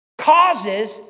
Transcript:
Causes